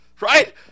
right